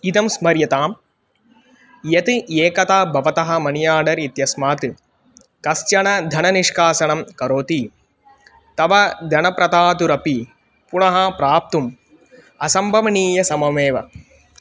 इदं स्मर्यतां यत् एकदा भवतः मणि आर्डर् इत्यस्मात् कश्चन धननिष्कासनं करोति तव धनप्रदातुरपि पुनः प्राप्तुम् असम्भवनीय सममेव